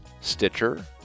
Stitcher